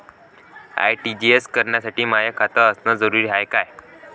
RTGS करासाठी माय खात असनं जरुरीच हाय का?